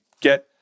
get